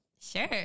Sure